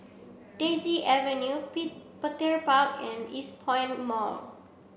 Daisy Avenue Petir Park and Eastpoint Mall